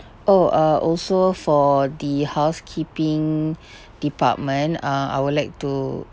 oh uh also for the housekeeping department uh I would like to